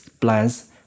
plans